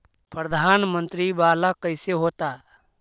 प्रधानमंत्री मंत्री वाला कैसे होता?